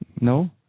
No